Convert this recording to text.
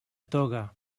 toga